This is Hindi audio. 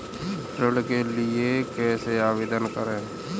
ऋण के लिए कैसे आवेदन करें?